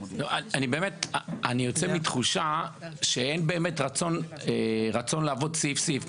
אני יוצא עם תחושה שאין באמת רצון לעבור סעיף-סעיף,